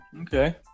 Okay